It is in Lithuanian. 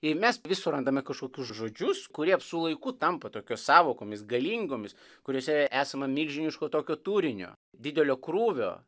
ir mes surandame kažkokius žodžius kurie su laiku tampa tokiomis sąvokomis galingomis kuriose esama milžiniško tokio turinio didelio krūvio